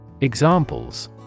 Examples